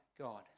God